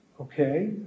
Okay